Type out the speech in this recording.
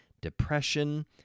depression